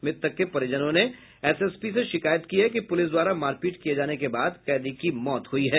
मृतक के परिजनों ने एसएसपी से शिकायत की है कि पुलिस द्वारा मारपीट किये जाने के बाद कैदी की मौत हुई है